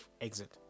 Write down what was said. exit